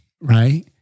Right